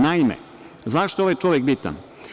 Naime, zašto je ovaj čovek bitan?